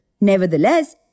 Nevertheless